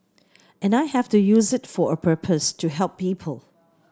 and I have to use it for a purpose to help people